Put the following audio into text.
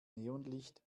neonlicht